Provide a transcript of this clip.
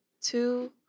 two